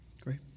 Great